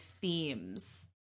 themes